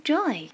Joy